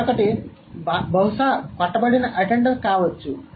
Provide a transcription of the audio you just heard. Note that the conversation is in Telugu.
మరోకటి బహుశా కొట్టబడిన అటెండర్ కావచ్చు